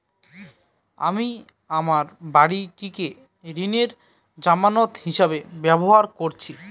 আমি আমার বাড়িটিকে ঋণের জামানত হিসাবে ব্যবহার করেছি